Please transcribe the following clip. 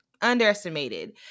Underestimated